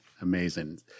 Amazing